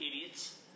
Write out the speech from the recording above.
idiots